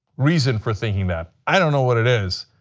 reason for thinking that. i don't know what it is.